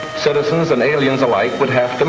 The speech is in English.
citizens and aliens alike, would have to